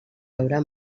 haurà